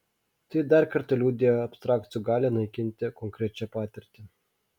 tai dar kartą liudija abstrakcijų galią naikinti konkrečią patirtį